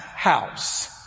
House